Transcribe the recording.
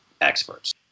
experts